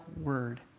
word